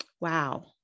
Wow